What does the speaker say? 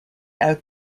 out